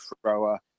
thrower